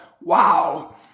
wow